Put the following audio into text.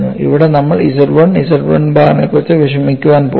ഇവിടെ നമ്മൾ Z 1 Z 1 ബാറിനെക്കുറിച്ച് വിഷമിക്കാൻ പോകുന്നു